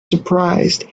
surprised